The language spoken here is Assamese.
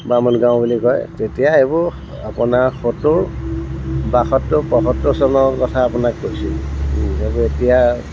বামুণ গাঁও বুলি কয় তেতিয়া সেইবোৰ আপোনাৰ সত্তৰ বাসত্তৰ পঁয়সত্তৰ চনৰ কথা আপোনাক কৈছোঁ সেইবোৰ এতিয়া